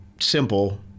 simple